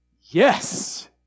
Yes